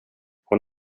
hon